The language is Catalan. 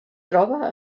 troba